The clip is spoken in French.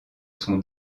son